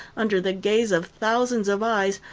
under the gaze of thousands of eyes,